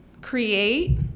create